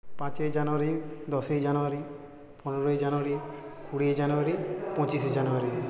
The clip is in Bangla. পাঁচই জানুয়ারি দশই জানুয়ারি পনেরোই জানুয়ারি কুড়িই জানুয়ারি পঁচিশে জানুয়ারি